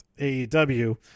AEW